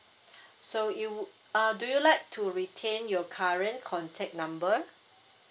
so you uh do you like to retain your current contact number